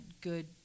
good